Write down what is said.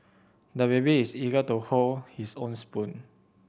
the baby is eager to hold his own spoon